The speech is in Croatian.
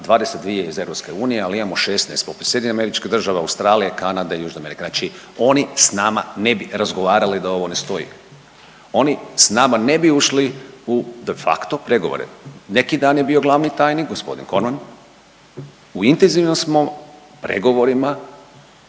22 iz EU, ali imamo 16 …/Govornik se ne razumije./… SAD-a, Australije, Kanade i Južna Amerika. Znači oni s nama ne bi razgovarali da ovo ne stoji. Oni s nama ne bi ušli u de facto pregovore. Neki dan je bio glavni tajnik gospodin Cormann u intenzivnom smo pregovorima,